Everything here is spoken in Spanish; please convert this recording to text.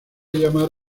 llamar